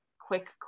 quick